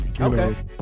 Okay